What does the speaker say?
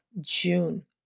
June